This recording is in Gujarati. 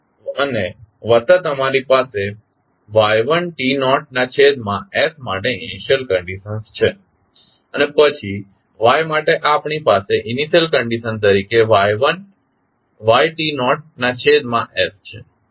અને વત્તા તમારી પાસે y1 t naught ના છેદમાં s માટે ઇનિશિયલ કંડિશન છે અને પછી y માટે આપણી પાસે ઇનિશિયલ કંડિશન તરીકે yt naught ના છેદમાં s છે